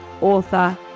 author